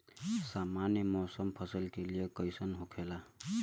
सामान्य मौसम फसल के लिए कईसन होखेला?